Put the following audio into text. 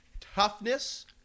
Toughness